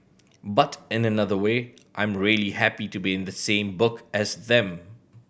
but in another way I'm really happy to be in the same book as them